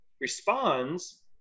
responds